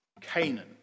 Canaan